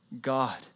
God